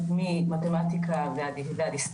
אני הקמתי מכון שנקרא "מכון הערבה ללימודי